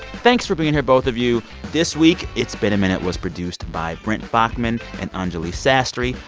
thanks for being here, both of you this week, it's been a minute was produced by brent baughman and anjuli sastry.